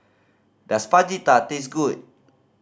does Fajita taste good